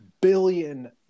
billion